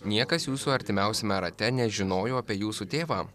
niekas jūsų artimiausiame rate nežinojo apie jūsų tėvą